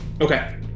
Okay